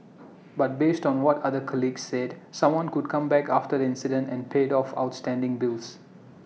but based on what another colleague said someone came back after the incident and paid off outstanding bill